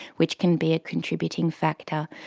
which can be a contributing factor.